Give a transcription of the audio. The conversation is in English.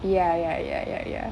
ya ya ya ya ya